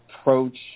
approach